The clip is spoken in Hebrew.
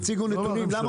הם הציגו נתונים,